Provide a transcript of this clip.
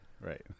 right